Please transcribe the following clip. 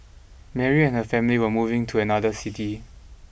Mary and her family were moving to another city